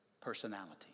personality